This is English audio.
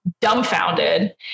dumbfounded